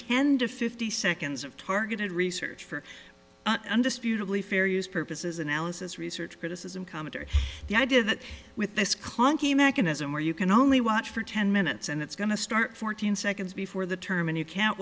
ten to fifty seconds of targeted research for undisputedly fair use purposes analysis research criticism comment or the idea that with this clunky mechanism where you can only watch for ten minutes and it's going to start fourteen seconds before the term and you can't